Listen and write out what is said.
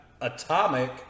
Atomic